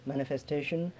Manifestation